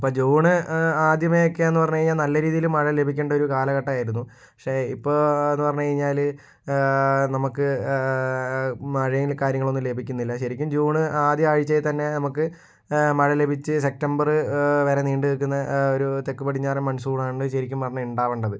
അപ്പോൾ ജൂൺ ആദ്യമേ ഒക്കെയെന്നു പറഞ്ഞു കഴിഞ്ഞാൽ നല്ല രീതിയിൽ മഴ ലഭിക്കേണ്ടൊരു കാലഘട്ടമായിരുന്നു പക്ഷെ ഇപ്പോളെന്നു പറഞ്ഞു കഴിഞ്ഞാൽ നമുക്ക് മഴയും കാര്യങ്ങളൊന്നും ലഭിക്കുന്നില്ല ശരിക്കും ജൂൺ ആദ്യ ആഴ്ചയിൽ തന്നെ നമുക്ക് മഴ ലഭിച്ച് സെപ്തംബർ വരെ നീണ്ടു നിൽക്കുന്ന ഒരു തെക്കു പടിഞ്ഞാറൻ മൺസൂണാണ് ശരിക്കും പറഞ്ഞാൽ ഉണ്ടാവേണ്ടത്